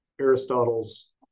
Aristotle's